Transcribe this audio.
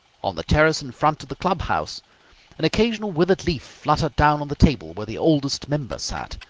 on the terrace in front of the club-house an occasional withered leaf fluttered down on the table where the oldest member sat,